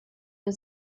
der